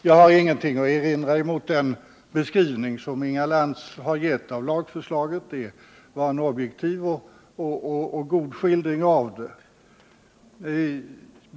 Jag har ingenting att erinra mot den beskrivning som Inga Lantz gett av lagförslaget. Det var en objektiv och god skildring av det.